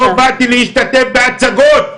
לא באתי להשתתף בהצגות.